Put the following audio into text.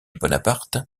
bonaparte